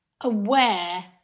aware